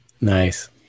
Nice